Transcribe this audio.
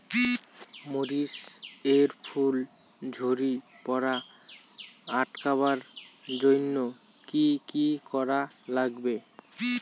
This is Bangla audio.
মরিচ এর ফুল ঝড়ি পড়া আটকাবার জইন্যে কি কি করা লাগবে?